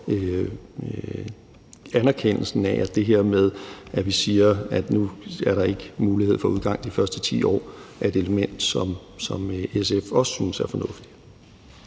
for anerkendelsen af, at det her med, at vi siger, at nu er der ikke mulighed for udgang de første 10 år, er et element, som SF også synes er fornuftigt.